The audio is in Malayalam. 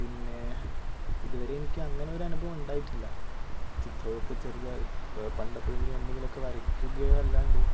പിന്നെ ഇതുവരെ എനിക്ക് അങ്ങനെ ഒരനുഭവം ഉണ്ടായിട്ടില്ല ചിത്രമൊക്കെ ചെറുതായി പണ്ട് എപ്പോഴെങ്കിലും എന്തെങ്കിലുമൊക്കെ വരയ്ക്കുകയല്ലാണ്ട്